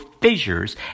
fissures